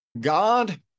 God